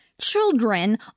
children